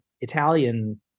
Italian